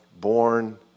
born